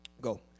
Go